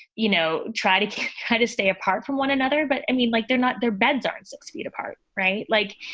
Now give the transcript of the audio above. you know, try to kind of stay apart from one another. but i mean, like, they're not their beds are and six feet apart. right. like,